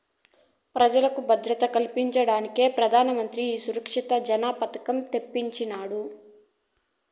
పెజలకు భద్రత కల్పించేదానికే పెదానమంత్రి ఈ సురక్ష జన పెదకం తెచ్చినాడమ్మీ